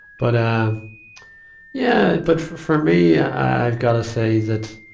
but, um, yeah, but for, for me, i gotta say that,